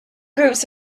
groups